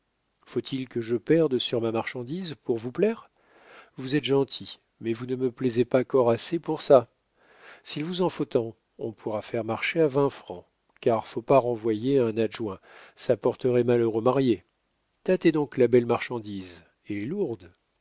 faut-il que je perde sur ma marchandise pour vous plaire vous êtes gentil mais vous ne me plaisez pas core assez pour ça s'il vous en faut tant on pourra faire marché à vingt francs car faut pas renvoyer un adjoint ça porterait malheur aux mariés tâtez donc la belle marchandise et lourde